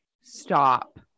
Stop